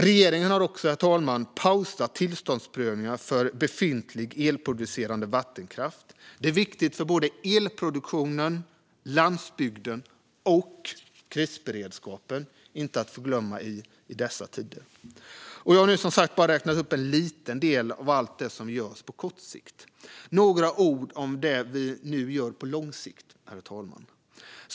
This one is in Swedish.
Regeringen har pausat tillståndsprövningarna för befintlig elproducerande vattenkraft. Det är viktigt för både elproduktionen och landsbygden - och, inte att förglömma i dessa tider, krisberedskapen. Det jag räknat upp är som sagt bara liten del av allt det som görs på kort sikt. Nu några ord om det vi gör på lång sikt, herr talman.